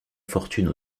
fortune